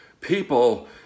people